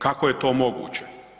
Kako je to moguće?